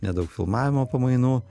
nedaug filmavimo pamainų